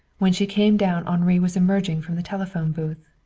when she came down henri was emerging from the telephone booth.